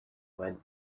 went